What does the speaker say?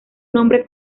nombre